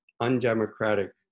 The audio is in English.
undemocratic